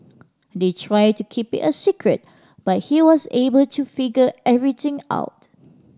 they tried to keep it a secret but he was able to figure everything out